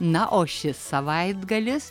na o šis savaitgalis